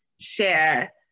share